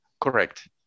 Correct